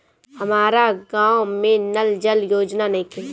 हमारा गाँव मे नल जल योजना नइखे?